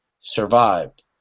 survived